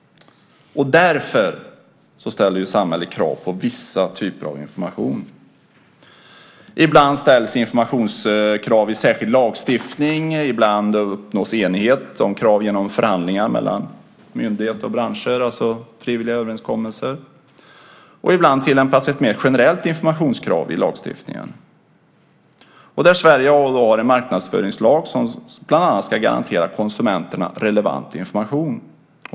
Därför ställer samhället krav på viss typ av information. Ibland ställs informationskrav i särskild lagstiftning. Ibland uppnås enighet om krav genom förhandlingar mellan myndighet och branscher i frivilliga överenskommelser. Ibland tillämpas ett mer generellt informationskrav i lagstiftningen. Sverige har en marknadsföringslag som bland annat ska garantera konsumenterna relevant information.